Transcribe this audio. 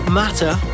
matter